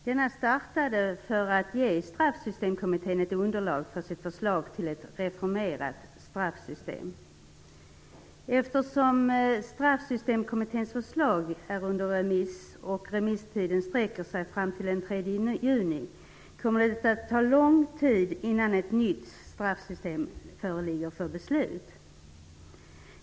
Den startade för att ge Eftersom Straffsystemkommitténs förlag är under remiss, och remisstiden sträcker sig fram till den 3 juni, kommer det att ta lång tid innan ett straffsystem föreligger för beslut.